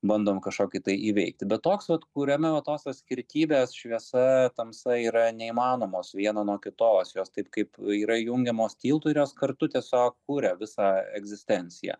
bandom kažkokį tai įveikti bet toks vat kuriame va tos skirtybės šviesa tamsa yra neįmanomos viena nuo kitos jos taip kaip yra jungiamos tiltų ir jos kartu tiesiog kuria visą egzistenciją